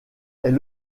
est